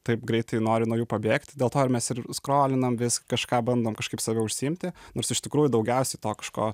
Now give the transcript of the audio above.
taip greitai noriu nuo jų pabėgti dėl to ir mes ir skrolinam vis kažką bandom kažkaip save užsiimti nors iš tikrųjų daugiausiai to kažko